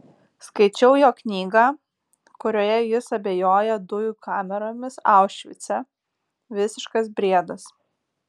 skaičiau jo knygą kurioje jis abejoja dujų kameromis aušvice visiškas briedas